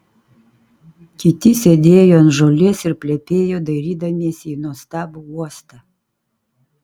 kiti sėdėjo ant žolės ir plepėjo dairydamiesi į nuostabų uostą